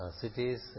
cities